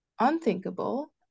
unthinkable